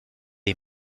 est